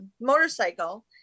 motorcycle